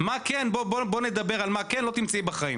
בואו נדבר על מה כן, לא תמצאי את זה בחיים.